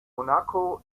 monaco